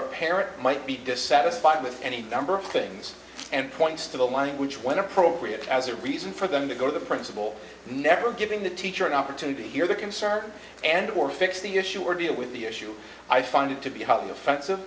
a parent might be dissatisfied with any number of things and points to the language when appropriate as a reason for them to go to the principal never giving the teacher an opportunity to hear the concert and or fix the you're sure deal with the issue i find it to be